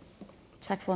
Tak